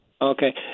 Okay